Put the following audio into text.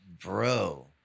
Bro